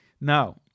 Now